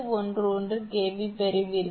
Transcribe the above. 711 kV பெறுவீர்கள்